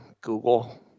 Google